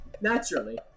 Naturally